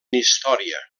història